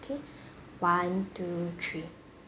okay one two three